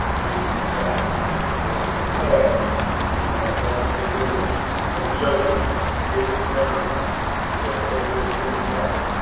being a leper for he was cut off from the house of the lord and jotham his son was over the king's house,